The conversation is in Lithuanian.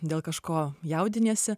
dėl kažko jaudiniesi